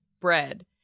bread